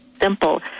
simple